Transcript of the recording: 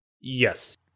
Yes